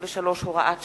83, הוראת שעה)